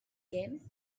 game